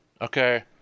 okay